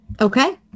Okay